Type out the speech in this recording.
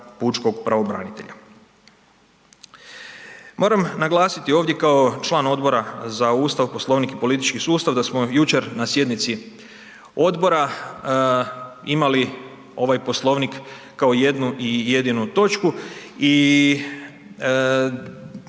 pučkog pravobranitelja. Moram naglasiti ovdje kao član Odbora za Ustav, Poslovnik i politički sustav da smo jučer na sjednici odbora imali ovaj Poslovnik kao jednu i jedinu točku i u